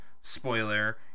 spoiler